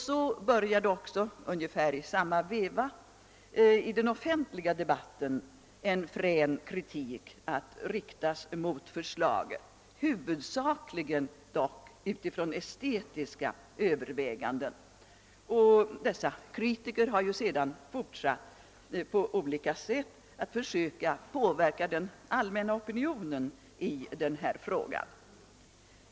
Så började också vid ungefär samma tidpunkt i den offentliga debatten en frän kritik att riktas mot förslaget, allt dock huvudsakligen på grundval av estetiska överväganden. Dessa kritiker har ju sedan fortsatt att på olika sätt försöka påverka den allmänna opinionen i denna fråga.